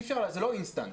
זה לא אינסטנט.